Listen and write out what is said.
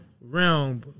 realm